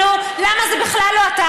למה זה בכלל לא אתה.